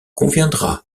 conviendra